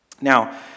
Now